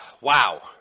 Wow